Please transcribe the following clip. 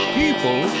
people